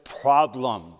problem